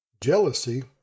Jealousy